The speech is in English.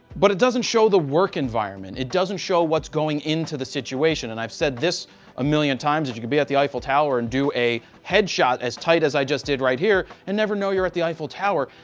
but it doesn't show the work environment. it doesn't show what's going into the situation and i've said this a million times. if you could be at the eiffel tower and do a head shot as tight as i just did right here and never know you're at the eiffel tower,